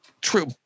true